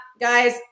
guys